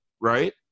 right